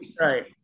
right